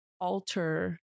alter